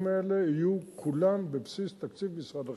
האלה יהיו כולם בבסיס תקציב משרד החינוך.